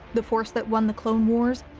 the force that won the clone wars,